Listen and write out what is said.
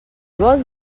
vols